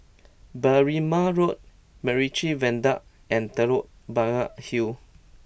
Berrima Road MacRitchie Viaduct and Telok Blangah Hill